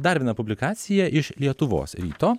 dar viena publikacija iš lietuvos ryto